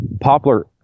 Poplar